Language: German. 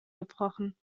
gebrochen